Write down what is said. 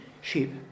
sheep